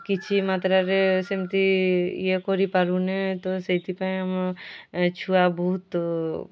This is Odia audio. କିଛି ମାତ୍ରାରେ ସେମିତି ଇଏ କରିପାରୁନେ ତ ସେଥିପାଇଁ ଆମ ଛୁଆ ବହୁତ